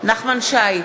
נחמן שי,